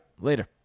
Later